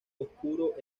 oscuro